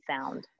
sound